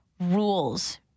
rules